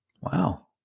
Wow